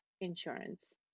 insurance